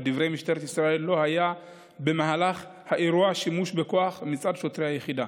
לדברי משטרת ישראל לא היה במהלך האירוע שימוש בכוח מצד שוטרי היחידה.